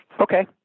okay